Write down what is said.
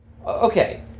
Okay